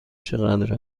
چقدر